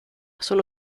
sono